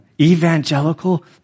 evangelical